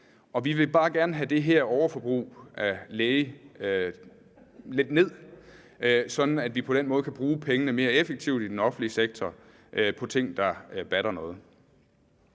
Og vi vil bare gerne have det her overforbrug af læge lidt ned, sådan at vi på den måde kan bruge pengene mere effektivt i den offentlige sektor på ting, der batter noget.